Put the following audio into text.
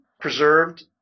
preserved